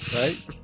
Right